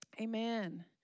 Amen